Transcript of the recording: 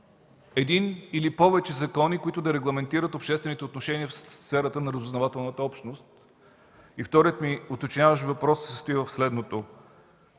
един или повече закони, които да регламентират обществените отношения в сферата на разузнавателната общност? Вторият ми уточняващ въпрос се състои в следното: